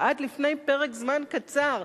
ועד לפני פרק זמן קצר,